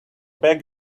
beg